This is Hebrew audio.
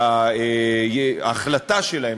שההחלטה שלהם,